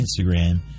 Instagram